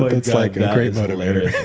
it's like a great motivator.